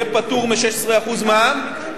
יהיה פטור מ-16% מע"מ,